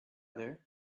there